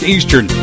Eastern